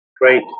Great